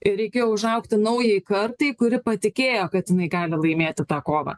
ir reikėjo užaugti naujai kartai kuri patikėjo kad jinai gali laimėti tą kovą